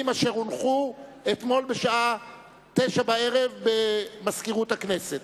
אשר הונחו אתמול בשעה 21:00 במזכירות הכנסת.